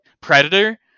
Predator